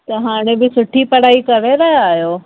त हाणे बि सुठी पढ़ाई करे रहिया आहियो